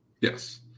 Yes